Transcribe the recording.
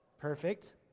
Perfect